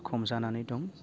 हमजानानै दं